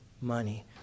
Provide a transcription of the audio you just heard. money